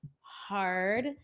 hard